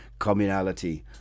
communality